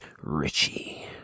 Richie